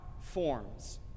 forms